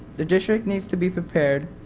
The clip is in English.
the district needs to be prepared